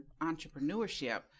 entrepreneurship